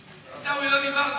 עיסאווי, לא דיברת היום.